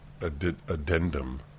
addendum